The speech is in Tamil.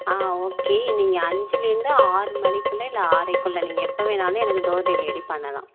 ஆ ஓகே நீங்கள் அஞ்சுலேந்து ஆறு மணிக்குள்ளே இல்லை ஆறரைக்குள்ள நீங்கள் எப்போ வேணாலும் எனக்கு டோர் டெலிவரி பண்ணலாம்